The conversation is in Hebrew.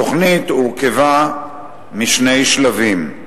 התוכנית הורכבה משני שלבים: